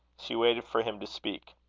she waited for him to speak.